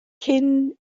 cyn